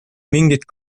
mingit